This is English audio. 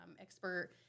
expert